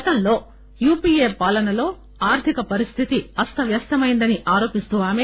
గతంలో యుపిఏ పాలనలో ఆర్ధిక పరిస్థితి అస్తవ్యస్తమైందని ఆరోపిస్తూ ఆమె